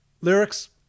Lyrics